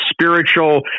spiritual